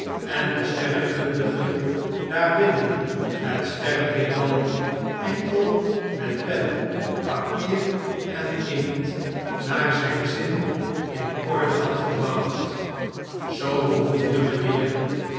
en de sterrenkundige daarbinnen het sterrenheelal enkel met pen papier en inkt naar zijn zin in orde had gebracht zoo behoefde mijnheer